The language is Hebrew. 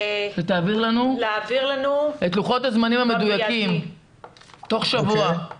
מבקשים להעביר לנו את לוחות הזמנים המדויקים עד שבוע ימים.